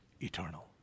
eternal